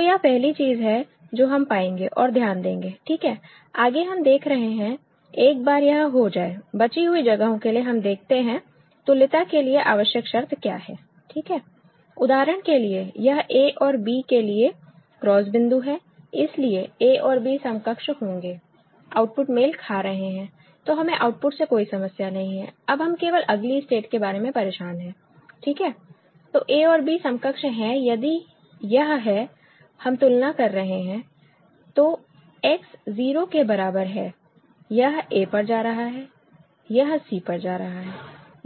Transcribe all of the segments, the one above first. तो यह पहली चीज है जो हम पाएंगे और ध्यान देंगे ठीक है आगे हम देख रहे हैं एक बार यह हो जाए बची हुई जगहों के लिए हम देखते हैं तुल्यता के लिए आवश्यक शर्त क्या है ठीक है उदाहरण के लिए यह a और b के लिए क्रॉस बिंदु है इसलिए a और b समकक्ष होंगे आउटपुट मेल खा रहे हैं तो हमें आउटपुट से कोई समस्या नहीं है अब हम केवल अगली स्टेट के बारे में परेशान हैं ठीक है तो a और b समकक्ष हैं यदि यह है हम तुलना कर रहे हैं तो x 0 के बराबर है यह a पर जा रहा है यह c पर जा रहा है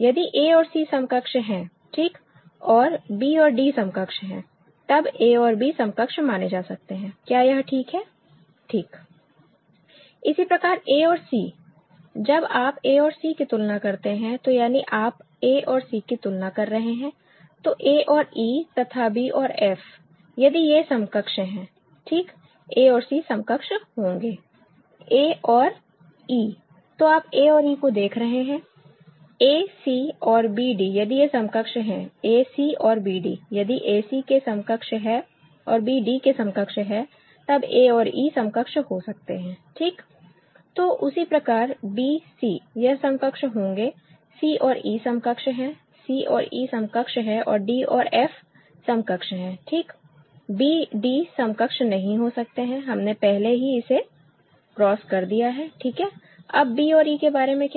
यदि a और c समकक्ष हैं ठीक और b और d समकक्ष हैं तब a और b समकक्ष माने जा सकते हैं क्या यह ठीक है ठीक इसी प्रकार a और c जब आप a और c की तुलना करते हैं तो यानी आप a और c की तुलना कर रहे हैं तो a और e तथा b और f यदि ये समकक्ष हैं ठीक a और c समकक्ष होंगे a और e तो आप a और e को देख रहे हैं a c और b d यदि ये समकक्ष हैं a c और b d यदि a c के समकक्ष है और b d के समकक्ष है तब a और e समकक्ष हो सकते हैं ठीक तो उसी प्रकार b c यह समकक्ष होंगे c और e समकक्ष है c और e समकक्ष है और d और f समकक्ष है ठीक b d समकक्ष नहीं हो सकते हैं हमने पहले ही इसे क्रॉस कर दिया है ठीक है अब b और e के बारे में क्या